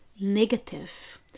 negative